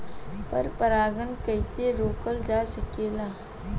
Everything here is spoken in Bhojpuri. पर परागन कइसे रोकल जा सकेला?